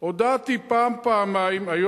הודעתי פעם-פעמיים, בימים הטובים.